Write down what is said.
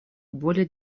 более